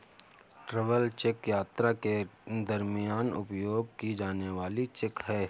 travel cheque यात्रा के दरमियान उपयोग की जाने वाली चेक है